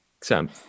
Sam